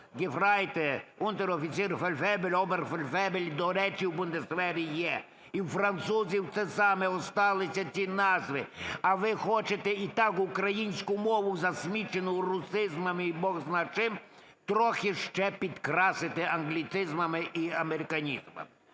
гефрайтер, унтер-офіцер, фельдфебель, обер-фельдфебель. До речі, в Бундесвері є, і у французів те саме, осталися ці назви. А ви хочете і так українську мову, засмічену русизмами і Бог знає чим трохи ще підкрасити англіцизмами і американізмами.